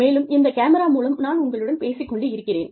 மேலும் இந்த கேமரா மூலம் நான் உங்களுடன் பேசிக் கொண்டு இருக்கிறேன்